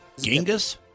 Genghis